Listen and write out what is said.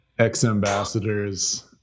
ex-ambassadors